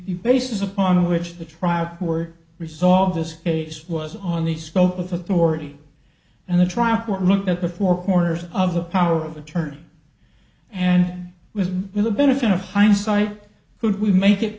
the basis upon which the trial word resolve this case was on the scope of authority and the trial court looked at the four corners of the power of attorney and with the benefit of hindsight could we make it